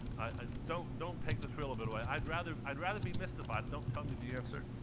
ah don't don't take the thrill of it away. i'd rather i'd rather be mystified. don't tell me the answer.